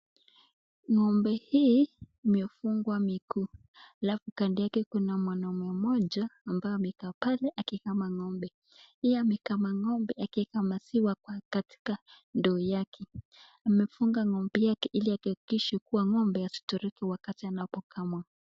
Ng'ombe hii imefungwa miguu alafu kando yake kuna mwanaume mmoja ambaye amekaa pale akikama ng'ombe. Yeye amekama ng'ombe akieka maziwa katika ndoo yake. Amefunga ng'ombe yake, ili ahakikishe kuwa ng'ombe asitoroke wakati anapokama.